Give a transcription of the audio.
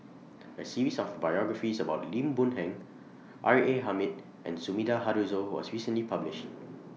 A series of biographies about Lim Boon Heng R A Hamid and Sumida Haruzo was recently published